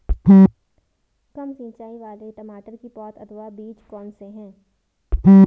कम सिंचाई वाले टमाटर की पौध अथवा बीज कौन से हैं?